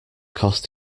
cost